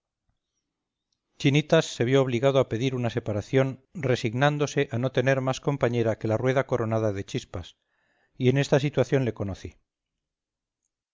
chinitas se vio obligado a pedir una separación resignándose a no tener más compañera que la rueda coronada de chispas y en esta situación le conocí